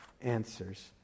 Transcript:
answers